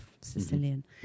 Sicilian